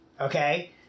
okay